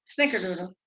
Snickerdoodle